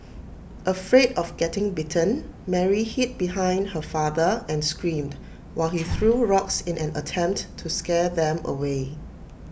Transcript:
afraid of getting bitten Mary hid behind her father and screamed while he threw rocks in an attempt to scare them away